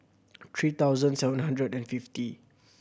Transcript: three thousand seven hundred and fifty